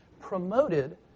promoted